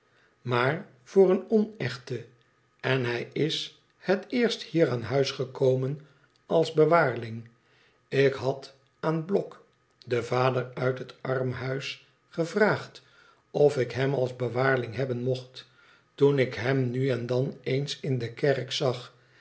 maar voor een onechte en hij is het eerst hier aan huis gekomen als bewaarling ik had aan blok den vader uit het armhuis gevraagd of ik hem als bewaarling hebben mocht toen ik hem nu en dan eens in de kerk zag